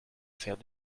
faire